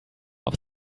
auf